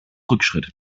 rückschritt